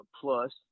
plus